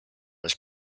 was